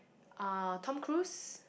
uh Tom-Cruise